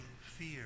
fear